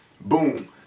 Boom